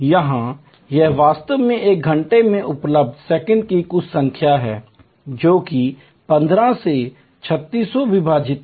यहां यह वास्तव में एक घंटे में उपलब्ध सेकंड की कुल संख्या है जो कि 15 से 3600 विभाजित है